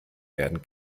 werden